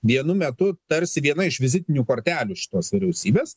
vienu metu tarsi viena iš vizitinių kortelių šitos vyriausybės